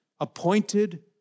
appointed